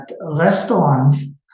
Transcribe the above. restaurants